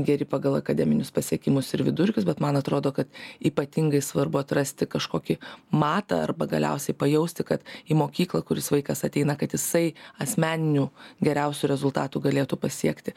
geri pagal akademinius pasiekimus ir vidurkius bet man atrodo kad ypatingai svarbu atrasti kažkokį matą arba galiausiai pajausti kad į mokyklą kuris vaikas ateina kad jisai asmeninių geriausių rezultatų galėtų pasiekti